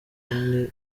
bindi